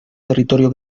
territorio